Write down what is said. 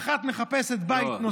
אחת מחפשת בית נוסף.